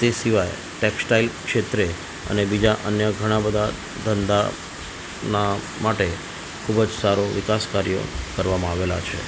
તે સિવાય ટેક્સટાઇલ ક્ષેત્રે અને બીજા અન્ય ઘણાબધા ધંધાના માટે ખૂબ જ સારો વિકાસ કાર્ય કરવામાં આવેલા છે